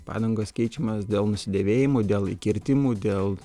padangos keičiamos dėl nusidėvėjimų dėl įkirtimų dėl